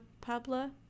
Pablo